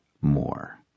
more